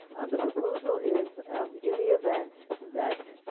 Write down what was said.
and the proposal is in the event that,